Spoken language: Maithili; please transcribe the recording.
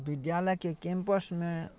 विद्यालयके कैम्पसमे